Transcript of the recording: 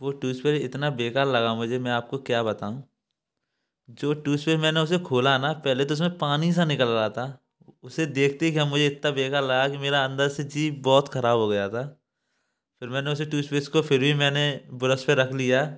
वो टूसपेस इतना बेकार लगा मुझे मैं आपको क्या बताऊँ जो टूसपेस मैंने उसे खोला ना पहले तो उसमें पानी सा निकल रहा था उसे देखते ही क्या मुझे इतना बेकार लगा कि मेरा अंदर से जी बहुत खराब हो गया था फिर मैंने उसे टूसपेस को फिर भी मैंने ब्रश पर रख लिया